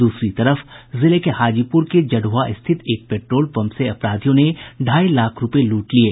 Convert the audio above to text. दूसरी तरफ जिले के हाजीपुर के जदुआ स्थित एक पेट्रोलपंप से अपराधियों ने ढाई लाख रूपये लूट लिये